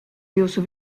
jūsu